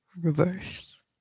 reverse